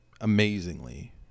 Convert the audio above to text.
amazingly